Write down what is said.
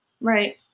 Right